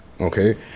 okay